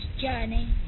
journey